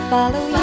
Follow